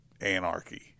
anarchy